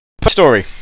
story